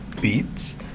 beats